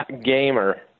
Gamer